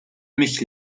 mich